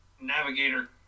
Navigator